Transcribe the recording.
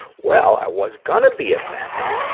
well, i was gonna be offended,